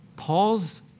Paul's